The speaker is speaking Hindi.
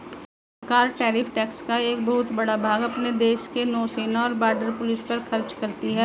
सरकार टैरिफ टैक्स का एक बहुत बड़ा भाग अपने देश के नौसेना और बॉर्डर पुलिस पर खर्च करती हैं